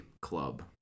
club